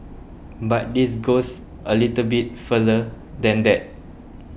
but this goes a little bit further than that